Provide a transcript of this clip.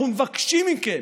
אנחנו מבקשים מכם,